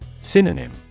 Synonym